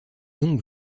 donc